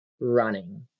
running